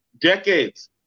decades